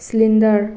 cylinder